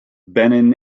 benin